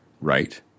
right